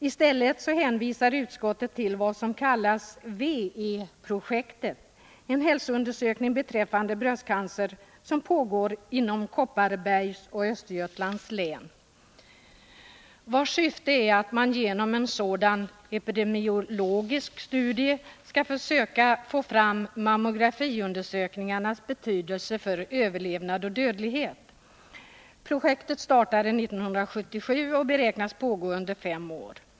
I stället hänvisar utskottet till vad som kallas W-E-projektet, en hälsoundersökning beträffande bröstcancer som pågår inom Kopparbergs och Östergötlands län och vars syfte är att man genom en epidemiologisk studie skall söka få fram mammografiundersökningarnas betydelse för överlevnad och dödlighet. Projektet startade 1977 och beräknas pågå under fem år.